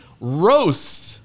roasts